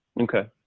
Okay